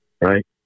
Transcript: Right